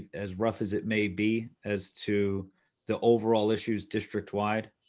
as rough as it may be, as to the overall issues district wide?